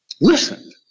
Listen